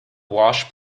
wash